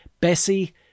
bessie